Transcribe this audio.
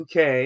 UK